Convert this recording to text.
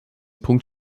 punkt